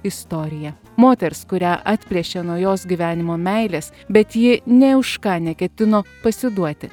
istorija moters kurią atplėšė nuo jos gyvenimo meilės bet ji nė už ką neketino pasiduoti